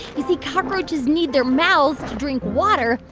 you see, cockroaches need their mouths to drink water.